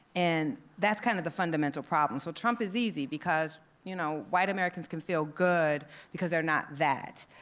and that's kind of the fundamental problem. so trump is easy because you know white americans can feel good because they're not that.